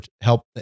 help